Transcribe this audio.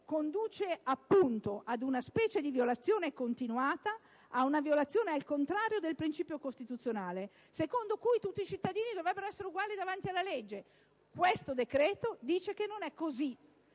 conduce appunto ad una specie di violazione continuata del principio costituzionale secondo cui tutti i cittadini dovrebbero essere uguali davanti alla legge. Questo decreto dice che non è così,